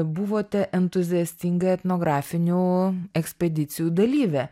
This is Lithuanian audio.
buvote entuziastinga etnografinių ekspedicijų dalyvė